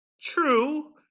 true